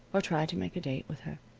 or tried to make a date with her.